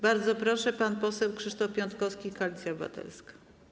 Bardzo proszę, pan poseł Krzysztof Piątkowski, Koalicja Obywatelska.